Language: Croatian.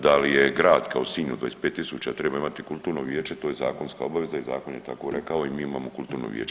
Da li je grad kao Sinj od 25.000 trebao imati kulturno vijeće to je zakonska obaveza i zakon je tako rekao i mi imamo kulturno vijeće.